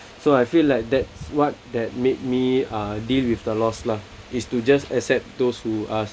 so I feel like that's what that made me uh deal with the loss lah is to just accept those who are